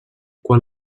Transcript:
quan